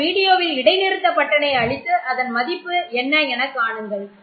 உங்கள் வீடியோவில் இடை நிறுத்தப்பட்டனை அழுத்தி அதன் மதிப்பு என்ன என காணுங்கள்